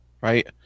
right